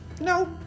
No